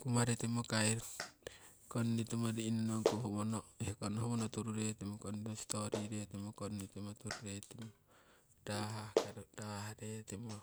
Kumaritimo kongnitimo ri'nonongku howono ehkong howono tururetimo stori retimo kong nitimo rah retimo